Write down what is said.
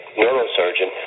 neurosurgeon